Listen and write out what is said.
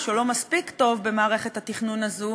או לא מספיק טוב במערכת התכנון הזאת,